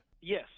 Yes